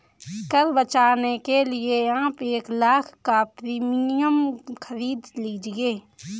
कर बचाने के लिए आप एक लाख़ का प्रीमियम खरीद लीजिए